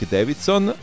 Davidson